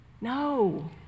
No